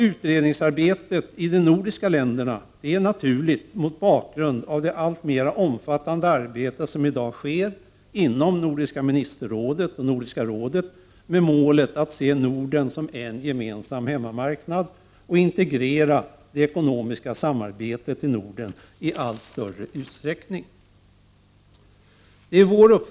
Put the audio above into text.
Utredningsarbetet i de nordiska länderna är naturligt mot bakgrund av det alltmer omfattande arbete som i dag sker inom Nordiska ministerrådet och Nordiska rådet, med målet att se Norden som en gemensam hemmamarknad och att integrera det ekonomiska samarbetet i Norden i allt större utsträckning.